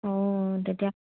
অঁ তেতিয়া